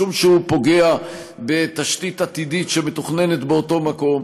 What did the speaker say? משום שהוא פוגע בתשתית עתידית שמתוכננת באותו מקום,